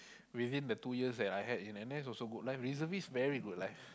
within the two years that I had in N_S also good life reservist very good life